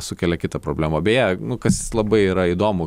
sukelia kitą problemą beje nu kas labai yra įdomu